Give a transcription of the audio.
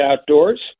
outdoors